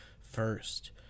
First